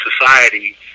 society